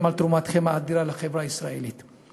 על תרומתכם האדירה לחברה הישראלית.